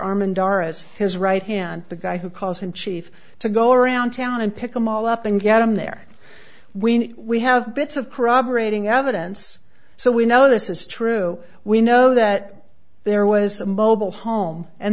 armin doris his right hand the guy who calls in chief to go around town and pick them all up and get him there when we have bits of corroborating evidence so we know this is true we know that there was a mobile home and